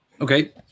Okay